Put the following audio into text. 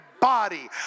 body